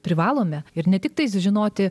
privalome ir ne tiktais žinoti